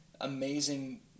amazing